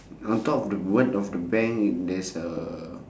on top of the word of the bank there's a